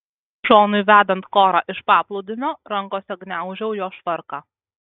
šonui vedant korą iš paplūdimio rankose gniaužau jo švarką